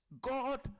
God